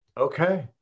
okay